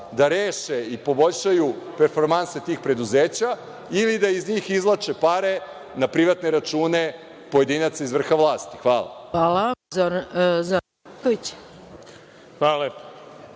da reše i poboljšaju performanse tih preduzeća, ili da iz njih izvlače pare na privatne račune pojedinaca iz vrha vlasti? Hvala. **Maja